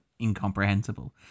incomprehensible